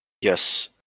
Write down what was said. yes